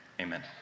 amen